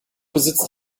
besitzt